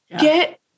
get